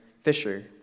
fisher